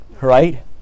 Right